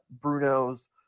Bruno's